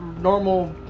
normal